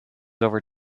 over